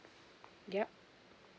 yup